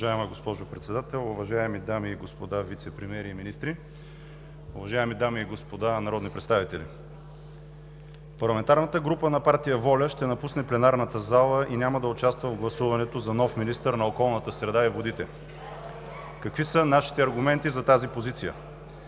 Уважаема госпожо Председател, уважаеми дами и господа вицепремиери и министри, уважаеми дами и господа народни представители! Парламентарната група на партия ВОЛЯ ще напусне пленарната зала и няма да участва в гласуването за нов министър на околната среда и водите. (Оживление.) Какви са нашите аргументи за тази позиция?